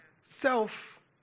Self